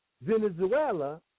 Venezuela